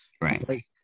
Right